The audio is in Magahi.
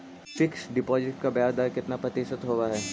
फिक्स डिपॉजिट का ब्याज दर कितना प्रतिशत होब है?